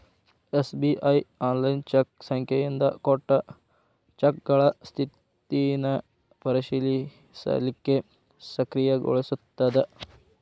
SBI online cheque ಸಂಖ್ಯೆಯಿಂದ ಕೊಟ್ಟ ಚೆಕ್ಗಳ ಸ್ಥಿತಿನ ಪರಿಶೇಲಿಸಲಿಕ್ಕೆ ಸಕ್ರಿಯಗೊಳಿಸ್ತದ